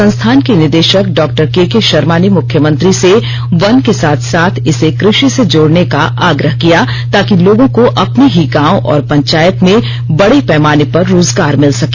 संस्थान के निदेशक डॉ केके शर्मा ने मुख्यमंत्री से वन के साथ साथ इर्से कृषि से जोड़ने का आग्रह किया ताकि लोगों को अपने ही गांव और पंचायत में बड़े पैमाने पर रोजगार मिल सके